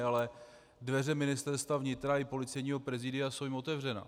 Ale dveře Ministerstva vnitra i Policejního prezidia jsou jim otevřené.